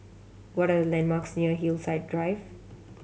what are the landmarks near Hillside Drive